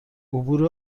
عبور